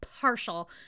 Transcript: partial